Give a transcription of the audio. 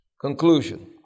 Conclusion